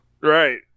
Right